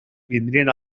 vindrien